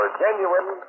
genuine